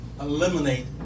eliminate